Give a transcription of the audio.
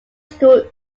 school